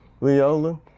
Leola